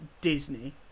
Disney